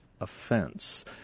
offense